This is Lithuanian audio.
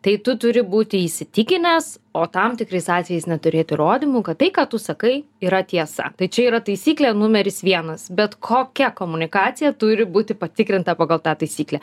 tai tu turi būti įsitikinęs o tam tikrais atvejais net turėt įrodymų kad tai ką tu sakai yra tiesa tai čia yra taisyklė numeris vienas bet kokia komunikacija turi būti patikrinta pagal tą taisyklę